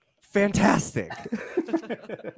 fantastic